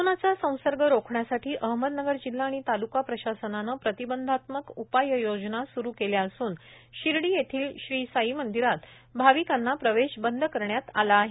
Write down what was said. कोरोनाचा संसर्ग रोखण्यासाठी अहमदनगर जिल्हा आणि ताल्का प्रशासनाने प्रतिबंधात्मक उपाययोजना स्रु केल्या असून शिर्डी येथील श्री साई मंदीरात भाविकांना प्रवेश बंद करण्यात आला आहे